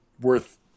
worth